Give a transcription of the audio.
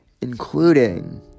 including